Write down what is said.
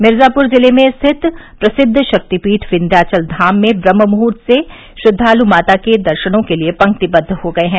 मिर्जापुर जिले में स्थित प्रसिद्ध शक्तिपीठ विस्याचल घाम में ब्रह्ममूहुर्त से श्रद्वालु माता के दर्शनों के लिए पंक्तिबद्व हो गए हैं